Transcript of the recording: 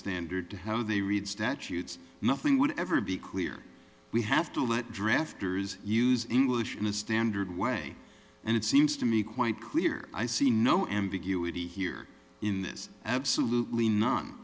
standard to how they read statutes nothing would ever be clear we have to let drafters use english in a standard way and it seems to me quite clear i see no ambiguity here in this absolutely no